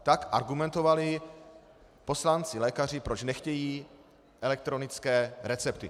Tak argumentovali poslancilékaři, proč nechtějí elektronické recepty.